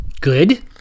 Good